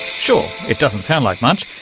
sure, it doesn't sound like much.